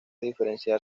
diferenciar